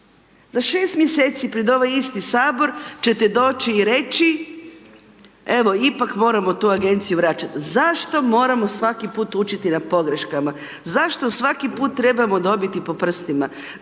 Za 6 mjeseci pred ovaj isti sabor ćete doći i reći evo ipak moramo tu agenciju vraćat, zašto moramo svaki put učiti na pogreškama, zašto svaki put trebamo dobiti po prstima,